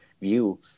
view